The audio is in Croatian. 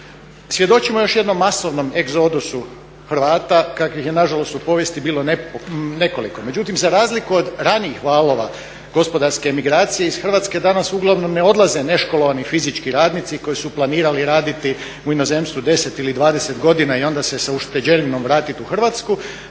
Svjedočimo još jednom masovnom egzodusu Hrvata kakvih je nažalost u povijesti bilo nekoliko. Međutim, za razliku od ranijih valova gospodarske emigracije iz Hrvatske danas uglavnom ne odlaze neškolovani fizički radnici koji su planirali raditi u inozemstvu 10 ili 20 godina i onda se sa ušteđevinom vratiti u Hrvatsku